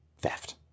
theft